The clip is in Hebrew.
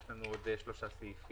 יש לנו עוד שלושה סעיפים.